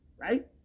right